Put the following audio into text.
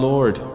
Lord